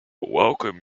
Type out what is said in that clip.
welcome